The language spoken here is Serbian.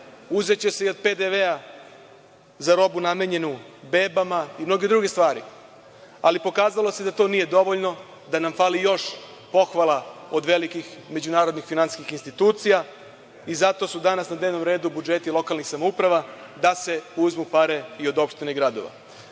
Uzeće se i od PDV-a za robu namenjenu bebama i mnoge druge stvari. Ali, pokazalo se da to nije dovoljno, da nam fali još pohvala od velikih međunarodnih finansijskih institucija. Zato su danas na dnevnom redu budžeti lokalnih samouprava, da se uzmu pare i od opština